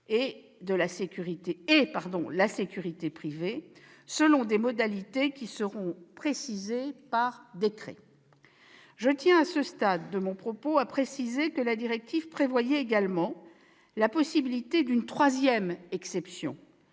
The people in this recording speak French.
et la sécurité privée, selon des modalités qui seront précisées par décret. À ce stade de mon propos, je tiens à rappeler que la directive prévoyait également la possibilité d'une troisième exception